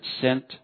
sent